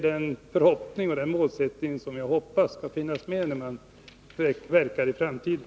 Den målsättningen hoppas jag skall finnas med när man verkar i framtiden.